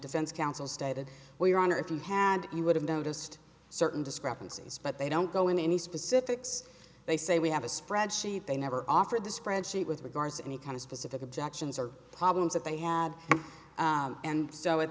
defense counsel stated well your honor if you had you would have noticed certain discrepancies but they don't go into any specifics they say we have a spreadsheet they never offered the spreadsheet with regards to any kind of specific objections or problems that they had and so at